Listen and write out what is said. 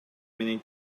менен